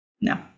no